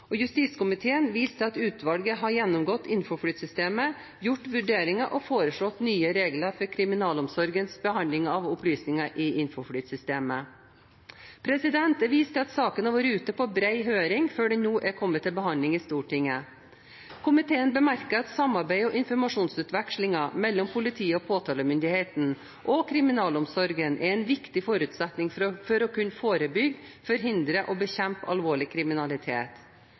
Justiskomiteen viser til at utvalget har gjennomgått Infoflyt-systemet, gjort vurderinger og foreslått nye regler for kriminalomsorgens behandling av opplysninger i Infoflyt-systemet. Jeg viser til at saken har vært ute på bred høring før den nå er kommet til behandling i Stortinget. Komiteen bemerker at samarbeid og informasjonsutveksling mellom politiet/påtalemyndigheten og kriminalomsorgen er en viktig forutsetning for å kunne forebygge, forhindre og bekjempe alvorlig kriminalitet.